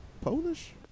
Polish